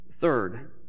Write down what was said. Third